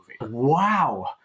Wow